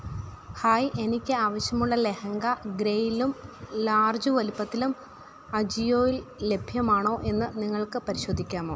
hi എനിക്ക് ആവശ്യമുള്ള ലെഹങ്ക ഗ്രേലും ലാർജ് വലുപ്പത്തിലും അജിയോയിൽ ലഭ്യമാണോ എന്നു നിങ്ങൾക്ക് പരിശോധിക്കാമോ